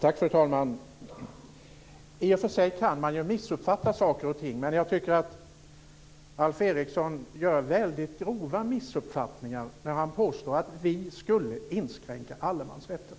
Fru talman! I och för sig kan man missuppfatta saker och ting, men jag tycker att Alf Eriksson gör väldigt grova missuppfattningar när han påstår att vi skulle inskränka allemansrätten.